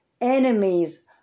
enemies